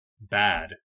bad